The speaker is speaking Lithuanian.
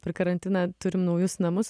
per karantiną turim naujus namus